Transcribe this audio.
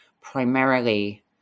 primarily